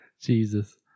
Jesus